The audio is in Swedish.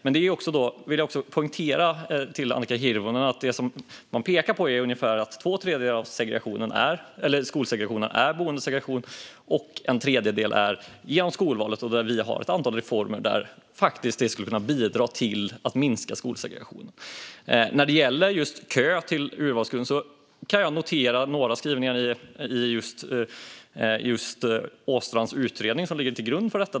Men jag vill också poängtera för Annika Hirvonen att man pekar på att det är ungefär två tredjedelar av skolsegregationen som handlar om boendesegregation. En tredjedel handlar om skolvalet. Vi har förslag om ett antal reformer som skulle kunna bidra till att minska skolsegregationen. När det gäller kö som urvalsgrund noterar jag ett par skrivningar i Åstrands utredning, som ligger till grund för detta.